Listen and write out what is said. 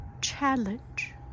challenge